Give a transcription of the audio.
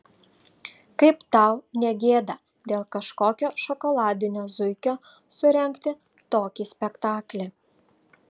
kaip tau ne gėda dėl kažkokio šokoladinio zuikio surengti tokį spektaklį